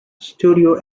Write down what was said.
studio